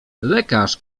lekarz